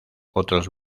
otros